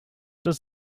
does